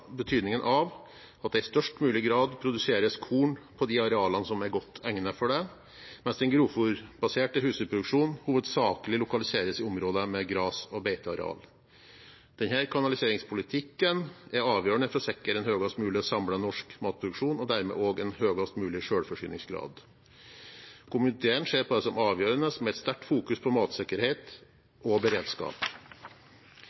at det i størst mulig grad produseres korn på de arealene som er godt egnet for dette, mens den grovfôrbaserte husdyrproduksjonen hovedsakelig lokaliseres i områder med gras- og beitearealer. Denne kanaliseringspolitikken er avgjørende for å sikre en høyest mulig samlet norsk matproduksjon og dermed også en høyest mulig selvforsyningsgrad. Komiteen ser på det som avgjørende med et sterkere fokus på matsikkerhet